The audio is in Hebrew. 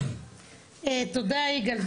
תודה יגאל,